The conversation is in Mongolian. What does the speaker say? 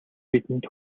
бидэнд